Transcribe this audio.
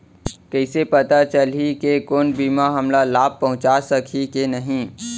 कइसे पता चलही के कोनो बीमा हमला लाभ पहूँचा सकही के नही